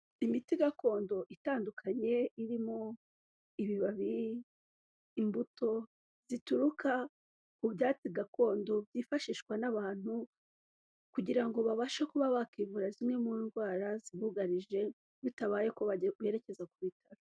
Imiti gakondo itandukanye irimo ibibabi, imbuto zituruka ku byatsi gakondo byifashishwa n'abantu kugirango babashe kuba bakwivura zimwe mu ndwara zibugarije, bitabaye ko rekeza ku bitaro.